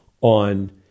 on